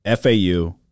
FAU